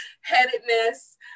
headedness